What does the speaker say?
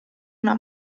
una